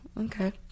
okay